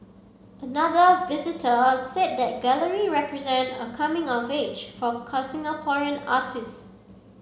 another visitor said the gallery represent a coming of age for Singaporean artists